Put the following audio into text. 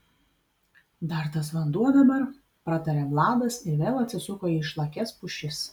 dar tas vanduo dabar pratarė vladas ir vėl atsisuko į išlakias pušis